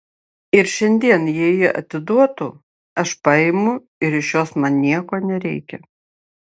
ir šiandien jei ji atiduotų aš paimu ir iš jos man nieko nereikia